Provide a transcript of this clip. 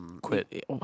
Quit